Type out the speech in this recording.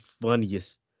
funniest